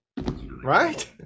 right